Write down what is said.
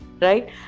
right